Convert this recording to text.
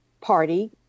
party